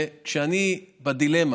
כשאני בדילמה